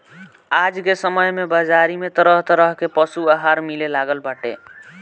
आज के समय में बाजारी में तरह तरह के पशु आहार मिले लागल बाटे